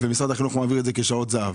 ומשרד החינוך מעביר את זה כשעות זהב.